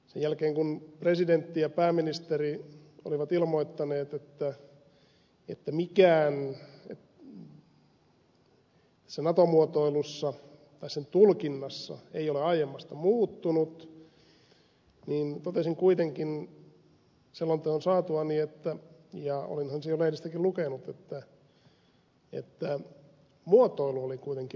sen jälkeen kun presidentti ja pääministeri olivat ilmoittaneet että mikään nato muotoilussa tai sen tulkinnassa ei ole aiemmasta muuttunut niin totesin kuitenkin selonteon saatuani ja olinhan sen jo lehdistäkin lukenut että muotoilu oli kuitenkin muuttunut